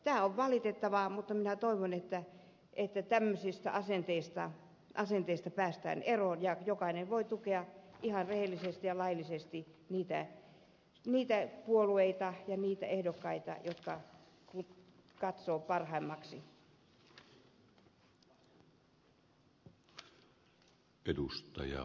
tämä on valitettavaa mutta minä toivon että tämmöisistä asenteista päästään eroon ja jokainen voi tukea ihan rehellisesti ja laillisesti niitä puolueita ja niitä ehdokkaita jotka katsoo parhaimmiksi